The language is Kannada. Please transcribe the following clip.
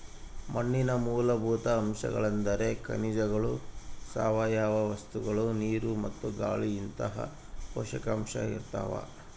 ಮಣ್ಣಿನ ಮೂಲಭೂತ ಅಂಶಗಳೆಂದ್ರೆ ಖನಿಜಗಳು ಸಾವಯವ ವಸ್ತುಗಳು ನೀರು ಮತ್ತು ಗಾಳಿಇಂತಹ ಪೋಷಕಾಂಶ ಇರ್ತಾವ